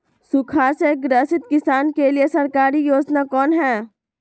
सुखाड़ से ग्रसित किसान के लिए सरकारी योजना कौन हय?